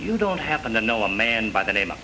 you don't happen to know a man by the name of